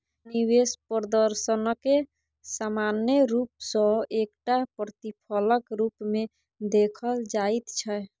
निवेश प्रदर्शनकेँ सामान्य रूप सँ एकटा प्रतिफलक रूपमे देखल जाइत छै